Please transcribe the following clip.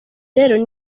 rero